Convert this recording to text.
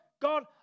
God